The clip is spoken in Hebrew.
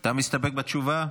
אתה מסתפק בתשובה?